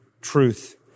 truth